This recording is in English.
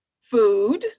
Food